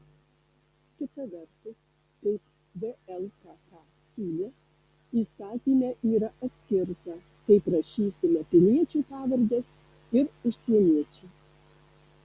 kita vertus kaip vlkk siūlė įstatyme yra atskirta kaip rašysime piliečių pavardes ir užsieniečių